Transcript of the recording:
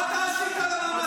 מה אתה עשית למאמץ המלחמתי?